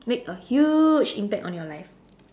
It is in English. make a huge impact on your life